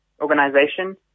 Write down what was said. organization